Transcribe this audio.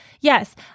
Yes